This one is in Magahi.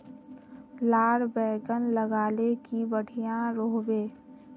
लार बैगन लगाले की बढ़िया रोहबे?